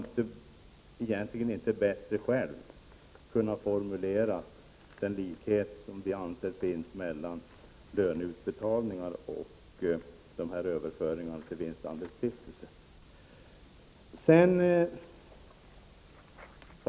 Jag hade själv inte bättre kunnat formulera den likhet som vi anser finns mellan löneutbetalningar och dessa överföringar till vinstandelsstiftelser.